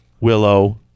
Willow